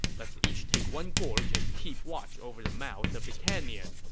let's each take one gorge and keep watch over the mouth of the canyon.